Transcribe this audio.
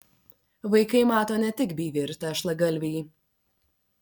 vaikai mato ne tik byvį ir tešlagalvį